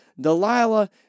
Delilah